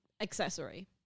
accessory